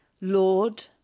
Lord